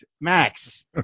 Max